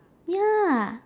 ya